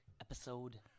Episode